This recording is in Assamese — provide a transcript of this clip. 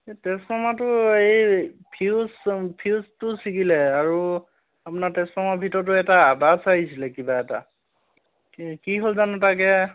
এই টেছফমাটো এই ফিউজ ফিউজটো ছিগিলে আৰু আপোনাৰ ট্ৰেঞ্চফৰ্মাৰ ভিতৰটো এটা আৱাজ আহিছিলে কিবা এটা কে কি হ'ল জানো তাকে